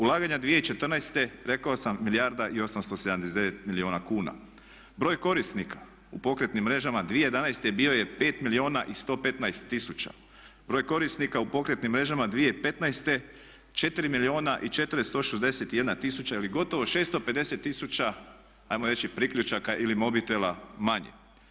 Ulaganja 2014.rekao sam 1 milijarda i 879 milijuna kuna, broj korisnika u pokretnim mrežama 2011.bio je 5 milijuna i 115 tisuća, broj korisnika u pokretnim mrežama 2015. 4 milijuna i 461 tisuća ili gotovo 650 tisuća ajmo reći priključaka ili mobitela manje.